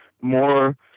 more